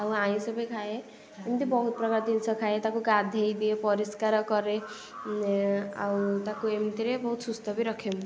ଆଉ ଆଇଁଷ ବି ଖାଏ ଏମିତି ବହୁତ ପ୍ରକାର ଜିନିଷ ଖାଏ ତାକୁ ଗାଧେଇ ଦିଏ ପରିଷ୍କାର କରେ ଆଉ ତାକୁ ଏମିତିରେ ବହୁତ୍ ସୁସ୍ଥ ବି ରଖେ ମୁଁ